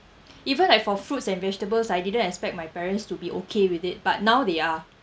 even like for fruits and vegetables I didn't expect my parents to be okay with it but now they are